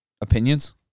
Opinions